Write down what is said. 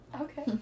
Okay